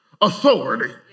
authority